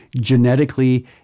genetically